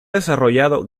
desarrollado